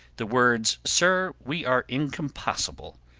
the words, sir, we are incompossible,